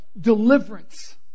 deliverance